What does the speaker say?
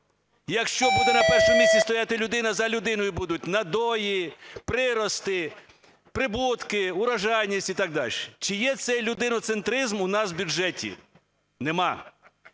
якщо буде на першому місці стояти людина, за людиною будуть надої, прирости, прибутки, врожайність і так далі. Чи є цей людиноцентризм у нас в бюджеті? Нема.